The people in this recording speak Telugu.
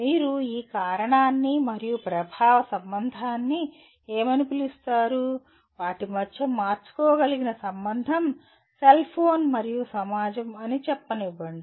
మీరు ఈ కారణాన్ని మరియు ప్రభావ సంబంధాన్ని ఏమని పిలుస్తారు వాటి మధ్య మార్చుకోగలిగిన సంబంధం సెల్ఫోన్ మరియు సమాజం అని చెప్పనివ్వండి